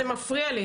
זה מפריע לי.